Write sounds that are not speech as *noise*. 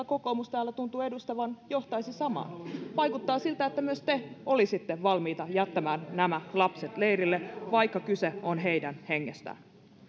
*unintelligible* kokoomus täällä tuntuu edustavan johtaisi samaan vaikuttaa siltä että myös te olisitte valmiita jättämään nämä lapset leirille vaikka kyse on heidän hengestään